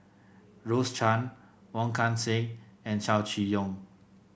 Rose Chan Wong Kan Seng and Chow Chee Yong